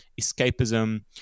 escapism